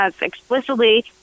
explicitly